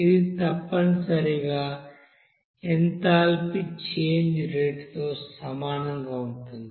ఇది తప్పనిసరిగా enthalpy change రేటుతో సమానంగా ఉంటుంది